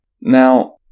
Now